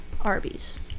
Arby's